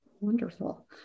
Wonderful